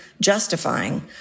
justifying